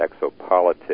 exopolitics